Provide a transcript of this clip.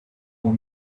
will